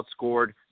outscored